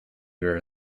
were